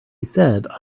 said